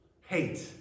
Hate